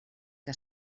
que